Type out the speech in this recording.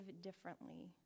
differently